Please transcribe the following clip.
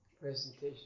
Presentation